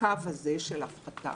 הקו הזה של הפחתה,